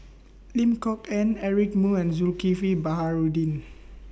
Lim Kok Ann Eric Moo and Zulkifli Baharudin